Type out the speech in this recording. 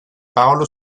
paolo